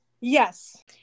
Yes